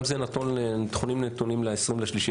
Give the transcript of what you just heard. גם כאן אלה נתונים נכון ל-20 במרס,